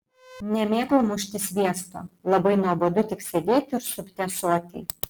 nemėgau mušti sviesto labai nuobodu tik sėdėti ir supti ąsotį